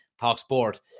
Talksport